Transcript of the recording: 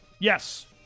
Yes